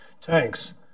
tanks